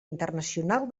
internacional